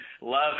love